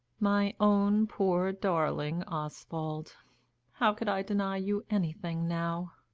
my own, poor, darling oswald how could i deny you anything now?